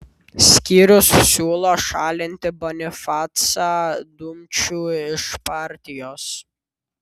skyrius siūlo šalinti bonifacą dumčių iš partijos